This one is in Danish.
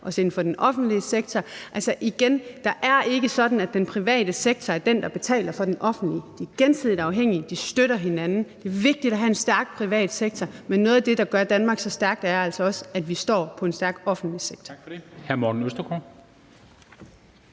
også inden for den offentlige sektor. Igen: Det er ikke sådan, at den private sektor er den, der betaler for den offentlige. De er gensidigt afhængige. De støtter hinanden. Det er vigtigt at have en stærk privat sektor, men noget af det, der gør Danmark så stærkt, er altså også, at vi står på en stærk offentlig sektor.